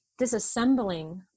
disassembling